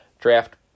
draft